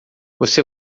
você